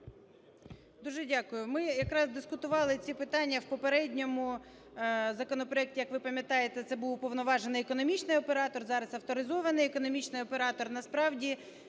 Дуже дякую. Ми якраз дискутували ці питання в попередньому законопроекті. Як ви пам'ятаєте, це був "уповноважений економічний оператор", зараз "авторизований економічний оператор".